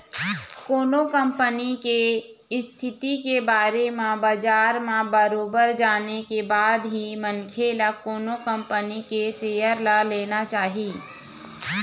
कोनो कंपनी के इस्थिति के बारे म बजार म बरोबर जाने के बाद ही मनखे ल कोनो कंपनी के सेयर ल लेना चाही